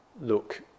look